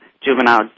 juvenile